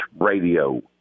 Radio